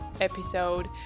episode